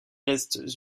restes